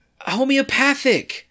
homeopathic